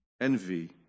envy